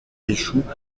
échouent